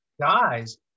guys